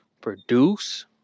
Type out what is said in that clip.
produce